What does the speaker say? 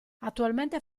attualmente